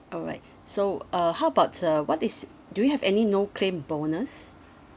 alright so uh how about uh what is do you have any no claim bonus